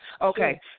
Okay